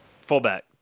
Fullback